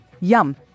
Yum